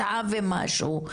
שעה ומשהו,